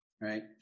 right